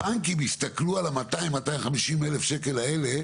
הבנקים יסתכלו על ה-200-250,000 שקל האלה